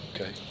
Okay